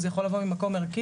זה יכול לבוא ממקום ערכי,